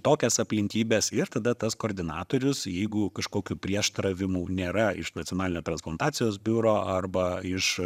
tokias aplinkybes ir tada tas koordinatorius jeigu kažkokių prieštaravimų nėra iš nacionalinio transplantacijos biuro arba iš